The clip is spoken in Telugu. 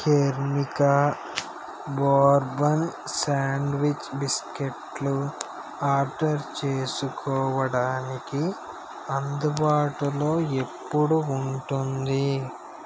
కెర్మికా బోర్బన్ సాండ్విచ్ బిస్కెట్లు ఆర్డర్ చేసుకోవడానికి అందుబాటులో ఎప్పుడు ఉంటుంది